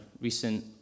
recent